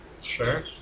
Sure